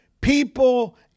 people